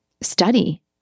study